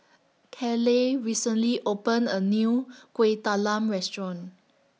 Caleigh recently opened A New Kueh Talam Restaurant